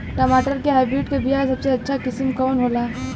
टमाटर के हाइब्रिड क बीया सबसे अच्छा किस्म कवन होला?